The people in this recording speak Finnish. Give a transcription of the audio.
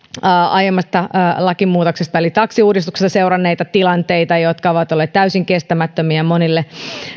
aiemmasta lakimuutoksesta eli taksiuudistuksesta seuranneita tilanteita jotka ovat olleet täysin kestämättömiä monille